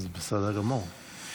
זה בסדר גמור.